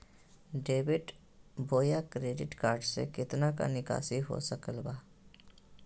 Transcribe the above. Debit बोया credit card से कितना का निकासी हो सकल बा?